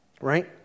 Right